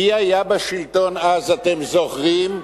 מי היה בשלטון אז, אתם זוכרים?